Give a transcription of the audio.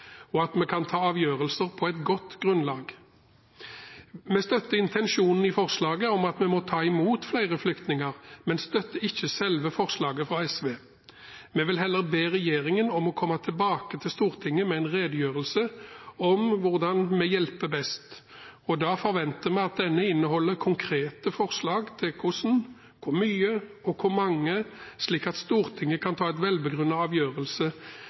og at vi kan ta avgjørelser på et godt grunnlag. Vi støtter intensjonen i forslaget om at vi må ta imot flere flyktninger, men støtter ikke selve forslaget fra SV. Vi vil heller be regjeringen om å komme tilbake til Stortinget med en redegjørelse om hvordan vi hjelper best, og da forventer vi at denne inneholder konkrete forslag til hvordan, hvor mye og hvor mange, slik at Stortinget kan ta en velbegrunnet avgjørelse